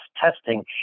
testing